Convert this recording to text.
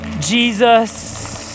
Jesus